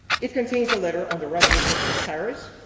it contains a letter on the revolutions in paris,